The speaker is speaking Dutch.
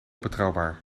betrouwbaar